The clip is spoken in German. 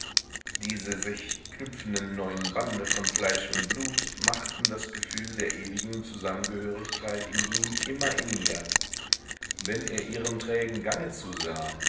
diese sich knüpfenden neuen bande von fleisch und blut machten das gefühl der ewigen zusammengehörigkeit in ihm immer inniger wenn er ihrem trägen gange zusah